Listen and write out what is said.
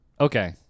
Okay